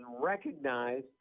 recognized